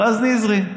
רז נזרי,